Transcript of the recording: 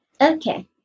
Okay